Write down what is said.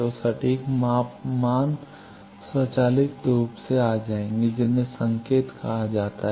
तो सटीक माप मान स्वचालित रूप से आ जाएंगे जिन्हें संकेत कहा जाता है